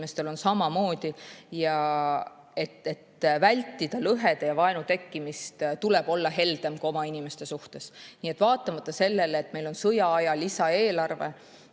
samamoodi. Et vältida lõhede ja vaenu tekkimist, tuleb olla heldem ka oma inimeste vastu. Nii et vaatamata sellele, et meil on sõjaaja lisaeelarve,